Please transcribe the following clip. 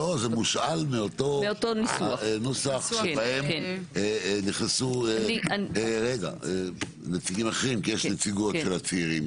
מושאל מאותו ניסוח שבהם נכנסו נציגים אחרים כי יש נציגויות של הצעירים,